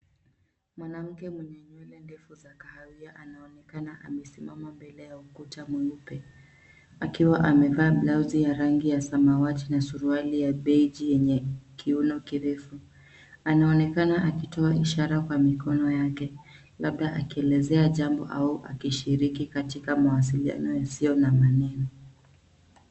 Mwanamke mwenye nywele ndefu za kahawia anaonekana amesimama mbele ya ukuta mweupe akiwa amevaa baluzi ya rangi ya samawati na suruali ya beiji yenye kiuno kirefu. Anaonekna akitoa ishara kwa mikono yake, labda akielezea jambo au akishiriki katika mawasiliano yasiyo na maneno.